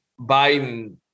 Biden